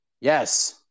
Yes